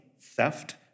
theft